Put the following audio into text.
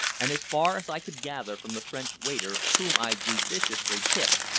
and as far as i could gather from the french waiter whom i judiciously tipped,